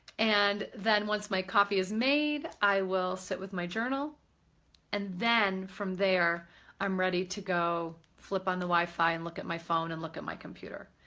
and then once my coffee is made i will sit with my journal and then from there i'm ready to go flip on the wi-fi and look at my phone and look at my computer,